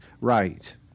right